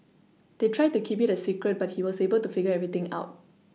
they tried to keep it a secret but he was able to figure everything out